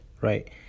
right